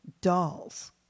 dolls